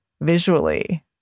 visually